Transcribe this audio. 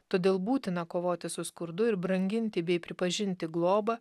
todėl būtina kovoti su skurdu ir branginti bei pripažinti globą